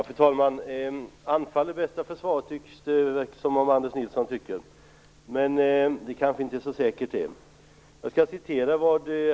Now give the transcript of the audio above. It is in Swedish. Fru talman! Anfall är bästa försvar, verkar Anders Nilsson tycka. Men det kanske inte är så säkert. Han påstår att jag har sagt vissa saker.